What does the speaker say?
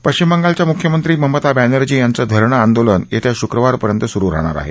पश्विम बंगालच्या मुख्यमंत्री ममता बॅनर्जी याचं धरणं आंदोलन येत्या शुक्रवारपर्यंत सुरु राहणार आहे